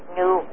new